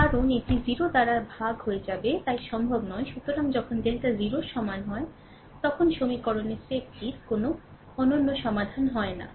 কারণ এটি 0 এর দ্বারা ভাগ হয়ে যাবে তাই সম্ভব নয় সুতরাং যখন ডেল্টা 0 এর সমান হয় তখন সমীকরণের সেটটির কোনও অনন্য সমাধান হয় না